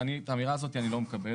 אז את האמירה הזו אני לא מקבל.